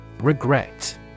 Regret